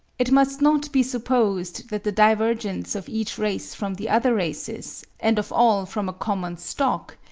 it must not be supposed that the divergence of each race from the other races, and of all from a common stock,